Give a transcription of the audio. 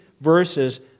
verses